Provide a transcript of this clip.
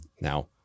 now